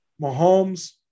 mahomes